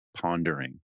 pondering